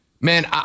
Man